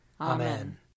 Amen